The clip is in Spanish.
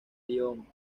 lyon